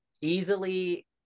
easily